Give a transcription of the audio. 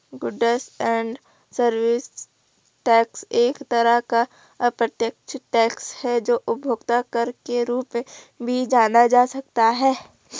goods and service tax एक तरह का अप्रत्यक्ष टैक्स है जो उपभोक्ता कर के रूप में भी जाना जा सकता है